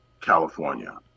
California